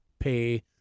pay